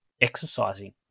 exercising